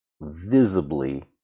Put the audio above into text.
visibly